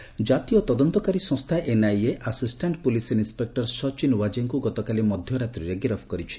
NIA ଗିରଫ ଜାତୀୟ ତଦନ୍ତକାରୀ ସଂସ୍ଥା NIA assistant police inspector Sachin ୱାଜେଙ୍କ ଗତକାଲି ମଧ୍ୟରାତ୍ରିରେ ଗିରଫ କରିଛି